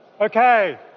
Okay